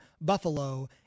Buffalo